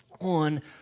on